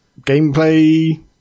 gameplay